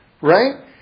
right